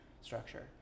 structure